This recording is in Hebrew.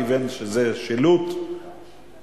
כי הבנתי שזה שילוט וכבישים.